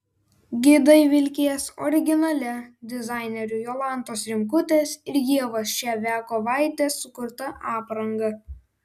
gidai vilkės originalia dizainerių jolantos rimkutės ir ievos ševiakovaitės sukurta apranga